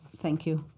thank you.